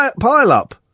pile-up